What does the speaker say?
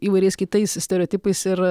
įvairiais kitais stereotipais ir